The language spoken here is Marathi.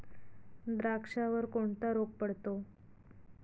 द्राक्षावर कोणता रोग पडतो?